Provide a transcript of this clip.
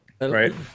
right